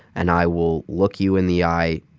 and i will look you in the eye,